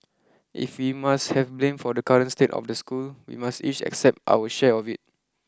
if we must have blame for the current state of the school we must each accept our share of it